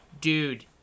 dude